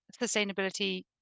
sustainability